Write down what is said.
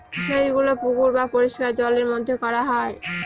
ফিশারিগুলো পুকুর বা পরিষ্কার জলের মধ্যে করা হয়